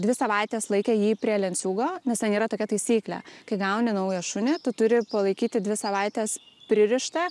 dvi savaites laikė jį prie lenciūgo nes ten yra tokia taisyklė kai gauni naują šunį tu turi palaikyti dvi savaites pririštą